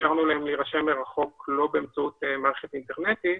אפשרנו להם להירשם מרחוק ולא באמצעות מערכת אינטרנטית.